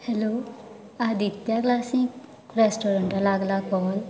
hello Aditya classic रॅस्टोरंटान लागला call